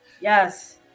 Yes